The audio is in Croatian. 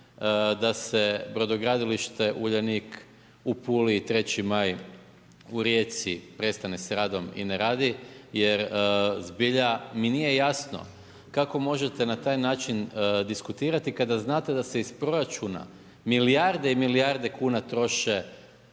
da se brodogradilište Uljanik u Puli i 3. maj u Rijeci prestane s radom i ne radi jer zbilja mi nije jasno kako možete na taj način diskutirati kada znate da se iz proračuna milijarde i milijarde kuna troše